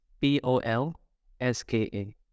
p-o-l-s-k-a